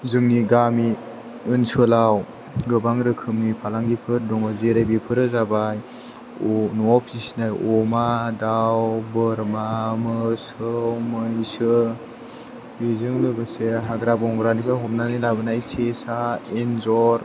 जोंनि गामि ओनसोलाव गोबां रोखोमनि फालांगिफोर दङ जेरै बेफोरो जाबाय न'आव फिसिनाय अमा दाउ बोरमा मोसौ मैसो बेजों लोगोसे हाग्रा बंग्रानिफ्राय हमनानै लाबोनाय सेसा एन्जर